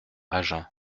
agen